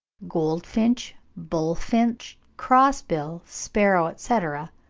goldfinch, bullfinch, crossbill, sparrow, etc,